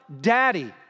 Daddy